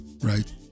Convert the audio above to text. right